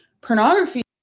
pornography